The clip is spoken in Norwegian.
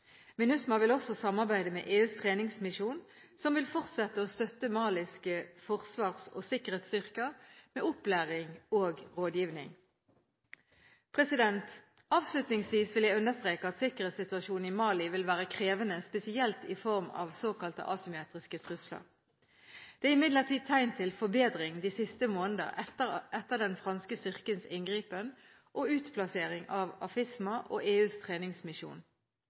MINUSMA vil også samarbeide med EUs treningsmisjon, EUTM, som vil fortsette å støtte maliske forsvars- og sikkerhetsstyrker med opplæring og rådgivning. Avslutningsvis vil jeg understreke at sikkerhetssituasjonen i Mali vil være krevende, spesielt i form av såkalte asymmetriske trusler. Det er imidlertid tegn til forbedring de siste måneder etter den franske styrkens inngripen og utplassering av AFISMA og EUs treningsmisjon.